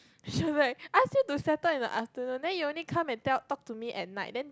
she was like ask you to settle in the afternoon then you only come to tell talk to me at night then